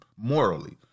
morally